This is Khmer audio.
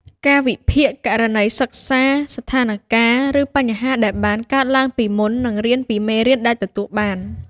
ការវិភាគករណីសិក្សា ស្ថានការណ៍ ឬបញ្ហាដែលបានកើតឡើងពីមុន និងរៀនពីមេរៀនដែលទទួលបាន។